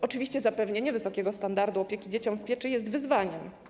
Oczywiście zapewnienie wysokiego standardu opieki dzieciom pozostającym w pieczy jest wyzwaniem.